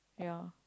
ya